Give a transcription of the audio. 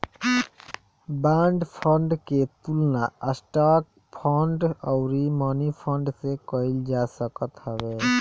bond fund के तुलना stock fund अउरी मनीफंड से कईल जा सकत हवे